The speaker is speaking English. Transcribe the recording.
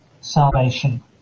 salvation